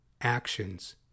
actions